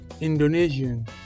Indonesian